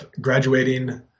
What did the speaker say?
graduating